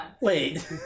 Wait